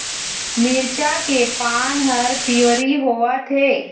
मिरचा के पान हर पिवरी होवथे?